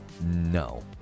no